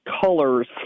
colors